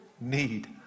need